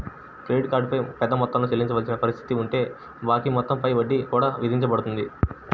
credit card పై పెద్ద మొత్తం చెల్లించవలసిన పరిస్థితి ఉంటే బాకీ మొత్తం పై వడ్డీ కూడా విధించబడుతుంది